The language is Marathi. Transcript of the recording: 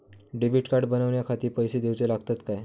डेबिट कार्ड बनवण्याखाती पैसे दिऊचे लागतात काय?